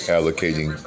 Allocating